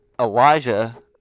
Elijah